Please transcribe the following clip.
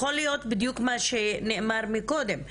יכול להיות בדיוק מה שנאמר מקודם,